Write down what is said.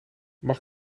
mag